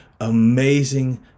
amazing